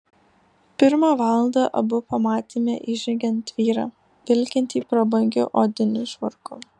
pirmą valandą abu pamatėme įžengiant vyrą vilkintį prabangiu odiniu švarku